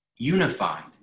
unified